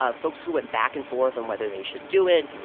ah folks who went back and forth on whether they should do it.